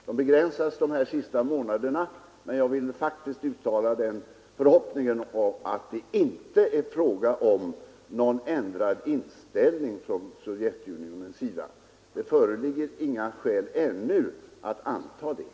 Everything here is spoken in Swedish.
De har begränsats de här senaste månaderna, men jag vill faktiskt uttala den förhoppningen att det inte är fråga om någon förändrad inställning från Sovjetunionens sida. Det föreligger ännu inga skäl att anta det.